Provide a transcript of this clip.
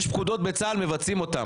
יש פקודות בצה"ל, מבצעים אותן.